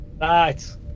right